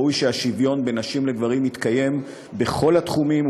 ראוי שהשוויון בין נשים לגברים יתקיים בכל התחומים,